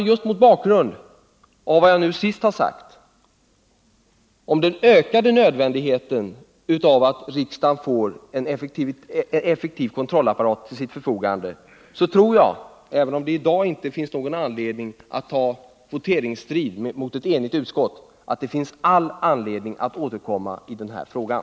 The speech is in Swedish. Just mot bakgrund av vad jag senast har sagt, dvs. nödvändigheten av att riksdagen får en effektiv kontrollapparat till sitt förfogande, tror jag — även om det i dag inte finns anledning att ta voteringsstrid mot ett enigt utskott — att det finns all anledning att återkomma i den här frågan.